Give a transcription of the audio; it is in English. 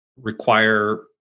require